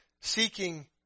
seeking